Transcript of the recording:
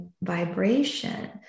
vibration